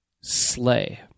slay